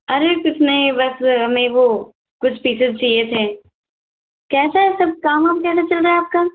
अरे कुछ नहीं बस हमें वो कुछ पीसेस चाहिए थे कैसा है सब काम आप कैसा चल रहा है आप का